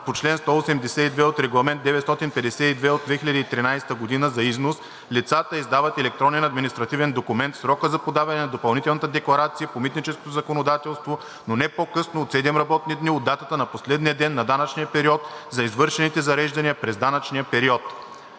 по чл. 182 от Регламент 952/2013 г. за износ, лицата издават електронен административен документ в срока за подаване на допълнителната декларация по митническото законодателство, но не по-късно от 7 работни дни от датата на последния ден на данъчния период – за извършените зареждания през данъчния период.